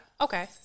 Okay